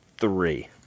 three